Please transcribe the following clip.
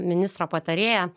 ministro patarėja